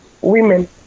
women